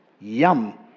yum